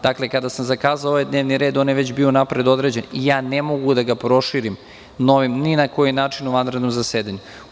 Dakle, kada sam zakazao ovaj dnevni red on je već unapred bio određen i ne mogu da ga proširim ni na koji način u vanrednom zasedanju.